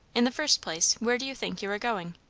in the first place, where do you think you are going?